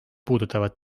puudutavad